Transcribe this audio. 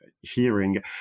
hearing